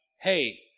hey